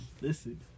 Listen